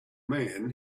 man